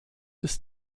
des